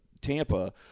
Tampa